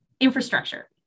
Infrastructure